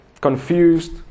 confused